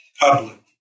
public